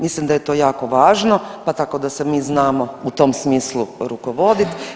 Mislim da je to jako važno, pa tako da se mi znamo u tom smislu rukovoditi.